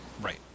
right